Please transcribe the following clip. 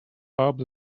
bob